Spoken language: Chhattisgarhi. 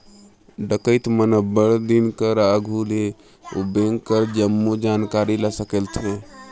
डकइत मन अब्बड़ दिन कर आघु ले ओ बेंक कर जम्मो जानकारी ल संकेलथें